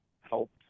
helped